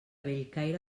bellcaire